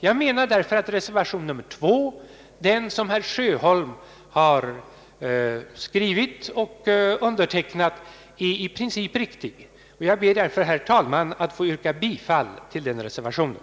Jag anser därför att reservation 2, som skrivits och undertecknats av herr Sjöholm, är i princip riktig, och jag ber, herr talman, att få yrka bifall till den reservationen.